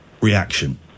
reaction